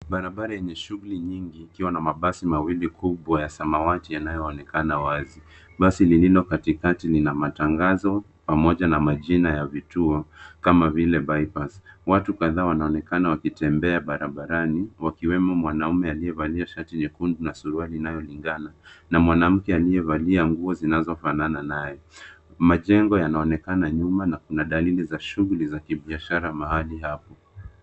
Barabara yenye shughuli nyingi, ikiwa na mabasi mawili kubwa ya samawati yanayoonekana wazi. Basi lililo katikati lina matangazo pamoja na majina ya vituo, kama vile, bypass. Watu kadhaa wanaonekana wakitembea barabarani, wakiwemo mwanaume aliyevalia shati nyekundu na suruali inayolingana, na mwanamke aliyevalia nguo zinazofanana naye. Majengo yanaonekana nyuma na kuna dalili za shughuli za kibiashara mahali hapo.